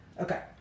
Okay